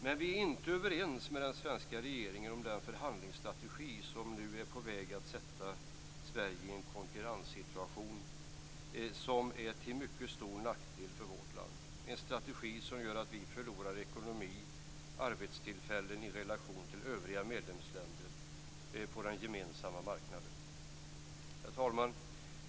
Men vi är inte överens med den svenska regeringen om den förhandlingsstrategi som nu är på väg att sätta Sverige i en konkurrenssituation som är till mycket stor nackdel för vårt land. Det är en strategi som gör att vi förlorar ekonomi och arbetstillfällen i relation till övriga medlemsländer på den gemensamma marknaden. Herr talman!